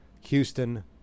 Houston